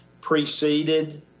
preceded